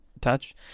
touch